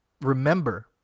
remember